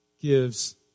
gives